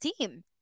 team